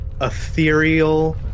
ethereal